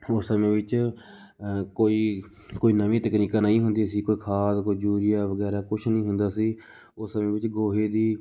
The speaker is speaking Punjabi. ਉਸ ਸਮੇਂ ਵਿੱਚ ਕੋਈ ਕੋਈ ਨਵੀਂ ਤਕਨੀਕਾਂ ਨਹੀਂ ਹੁੰਦੀਆਂ ਸੀ ਕੋਈ ਖਾਦ ਕੋਈ ਯੂਰੀਆ ਵਗੈਰਾ ਕੁਛ ਨਹੀਂ ਹੁੰਦਾ ਸੀ ਉਸ ਸਮੇਂ ਵਿੱਚ ਗੋਹੇ ਦੀ